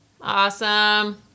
Awesome